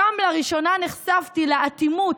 שם לראשונה נחשפתי לאטימות